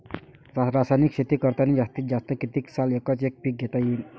रासायनिक शेती करतांनी जास्तीत जास्त कितीक साल एकच एक पीक घेता येईन?